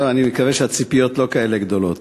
אני מקווה שהציפיות לא כאלה גדולות.